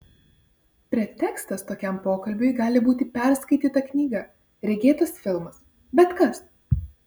pretekstas tokiam pokalbiui gali būti perskaityta knyga regėtas filmas bet kas